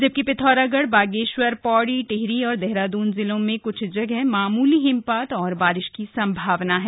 जबकि पिथौरागढ़ बागेश्वर पौड़ी टिहरी औऱ देहरादून जिलों में क्छ जगह मामूली हिमपात और बारिश की संभावना है